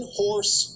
horse